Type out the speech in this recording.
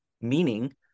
meaning